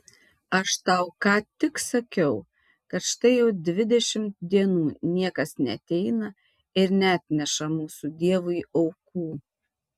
aš tau ką tik sakiau kad štai jau dvidešimt dienų niekas neateina ir neatneša mūsų dievui aukų